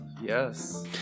yes